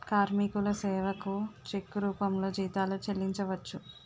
కార్మికుల సేవకు చెక్కు రూపంలో జీతాలు చెల్లించవచ్చు